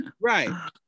right